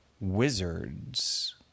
wizards